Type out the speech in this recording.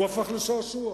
הוא הפך לשעשוע.